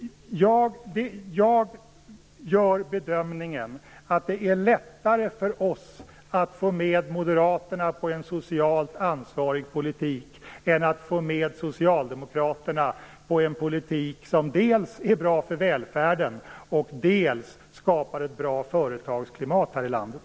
Jag gör bedömningen att det är lättare för oss att få med Moderaterna på en socialt ansvarig politik än det är att få med Socialdemokraterna på en politik som dels är bra för välfärden, dels skapar ett bra företagsklimat här i landet.